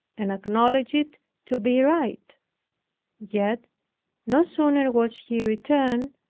and acknowledged it to be right yet no sooner was he returned,